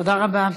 תודה רבה.